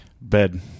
bed